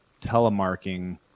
telemarking